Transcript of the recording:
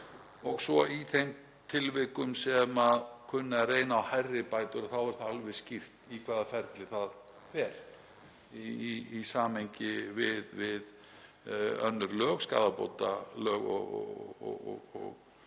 og svo í þeim tilvikum sem kunna að reyna á hærri bætur þá er það alveg skýrt í hvaða ferli það fer í samhengi við önnur lög, skaðabótalög.